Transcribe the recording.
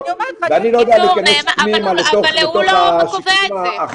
אני לא יודע להיכנס פנימה לתוך השיקולים האחרים.